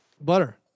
Butter